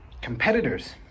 competitors